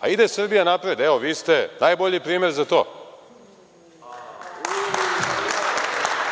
a ide Srbija napred, evo vi ste najbolji primer za to.